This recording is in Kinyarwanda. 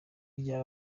rya